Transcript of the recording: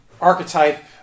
archetype